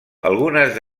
algunes